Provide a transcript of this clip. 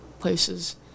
places